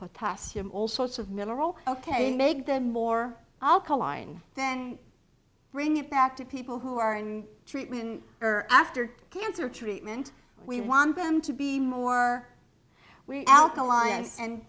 potassium all sorts of mineral ok make them more alkaline then bring it back to people who are in treatment or after cancer treatment we want them to be more we alkaline and